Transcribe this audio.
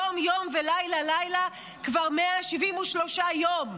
יום-יום ולילה-לילה, כבר 173 יום?